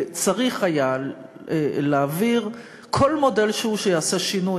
וצריך היה להעביר כל מודל שהוא שיעשה שינוי,